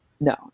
No